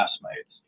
classmates